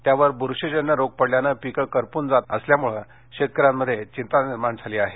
त्यावर बुरशीजन्य रोग पडल्याने पिके करपून जात असल्यामुळे शेतकर्यावत चिंता निर्माण झाली आहे